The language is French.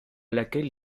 laquelle